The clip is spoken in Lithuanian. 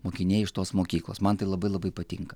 mokiniai iš tos mokyklos man tai labai labai patinka